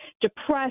depressed